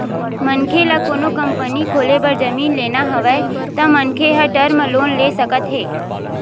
मनखे ल कोनो कंपनी खोले बर जमीन लेना हवय त मनखे ह टर्म लोन ले सकत हे